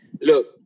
look